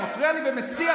הוא מפריע לי ומסיח,